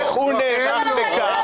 -- איך הוא נערך לכך.